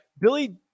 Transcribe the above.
Billy